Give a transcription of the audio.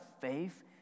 faith